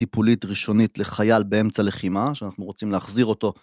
טיפולית ראשונית לחייל באמצע לחימה, שאנחנו רוצים להחזיר אותו.